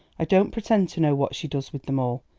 i don't pretend to know what she does with them all.